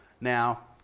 now